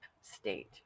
state